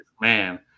man